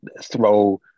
throw